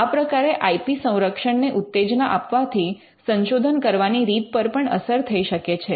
આ પ્રકારે I P સંરક્ષણ ને ઉત્તેજના આપવાથી સંશોધન કરવાની રીત પર પણ અસર થઈ શકે છે